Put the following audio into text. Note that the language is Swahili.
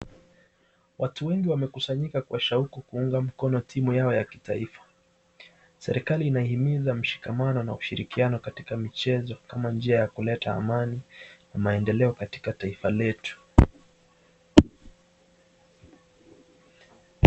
Watu wengi wamekusanyika kuwashauku kuunga mkono timu yao ya kitaifa, serikali inahimiza mshikamano na mashirikiano katika mchezo ama njia ya kuleta amani na maendeleo katika taifa letu.